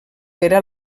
era